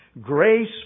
Grace